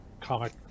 comic